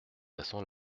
façon